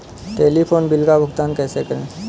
Telephone bill का भुगतान कैसे करें?